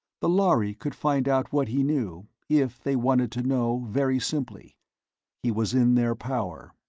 the lhari could find out what he knew, if they wanted to know, very simply he was in their power.